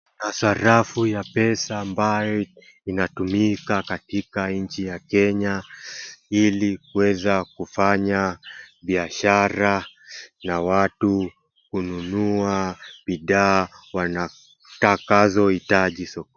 Sarafu ya pesa ambaye inatumika katika nchi ya Kenya ili kuweza kufanya biashara na watu kununua bidhaa wanatakazo hitaji soko.